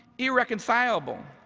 irreconcilable,